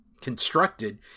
constructed